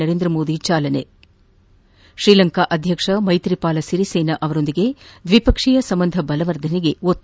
ನರೇಂದ್ರ ಮೋದಿ ಚಾಲನೆ ಶ್ರೀಲಂಕಾ ಅಧ್ಯಕ್ಷ ಮೈತ್ರಿಪಾಲ ಸಿರಿಸೇನಾ ಅವರೊಂದಿಗೆ ದ್ವಿ ಪಕ್ಷೀಯ ಸಂಬಂಧ ಬಲವರ್ಧನೆಗೆ ಒತ್ತು